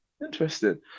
interesting